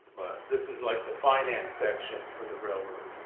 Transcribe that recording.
this is like the finance section for the railroad,